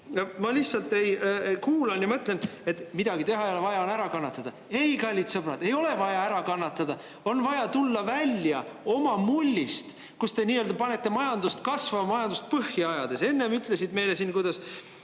Ma lihtsalt kuulan ja mõtlen, [kui te ütlete], et midagi teha ei ole, vaja on ära kannatada. Ei, kallid sõbrad, ei ole vaja ära kannatada, on vaja tulla välja oma mullist, kus te nii-öelda panete majandust kasvama majandust põhja ajades. Enne sa ütlesid meile siin, kuidas